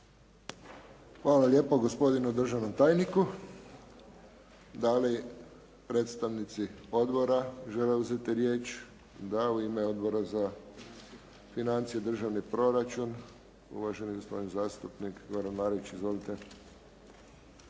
Hvala lijepo gospodinu državnom tajniku. Dali predstavnici odbora žele uzeti riječ? da u ime Odbora za financije i državni proračun uvaženi gospodin zastupnik Goran Marić. Izvolite.